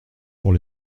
pour